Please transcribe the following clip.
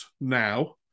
now